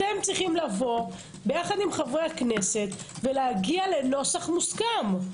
אתם צריכים לבוא יחד עם חברי הכנסת ולהגיע לנוסח מוסכם,